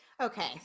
Okay